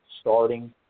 starting